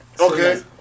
okay